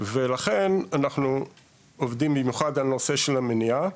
ולכן אנחנו עובדים במיוחד על נושא המניעה,